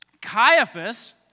Caiaphas